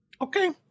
Okay